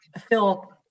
Phil